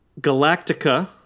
Galactica